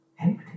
empty